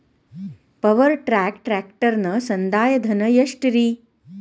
Power track ಟ್ರ್ಯಾಕ್ಟರನ ಸಂದಾಯ ಧನ ಎಷ್ಟ್ ರಿ?